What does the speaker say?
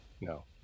no